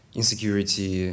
insecurity